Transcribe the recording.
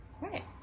right